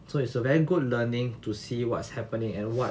so it's a very good learning to see what's happening and what